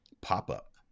pop-up